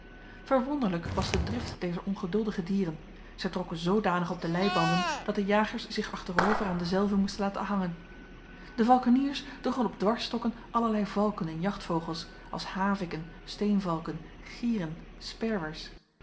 verwonderlijk was de drift dezer ongeduldige dieren zij trokken zodanig op de leibanden dat de jagers zich achterover aan dezelve moesten laten hangen de valkeniers droegen op dwarsstokken allerlei valken en jachtvogels als haviken steenvalken gieren sperwers